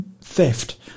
theft